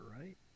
right